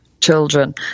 children